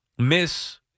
miss